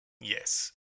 Yes